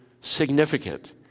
significant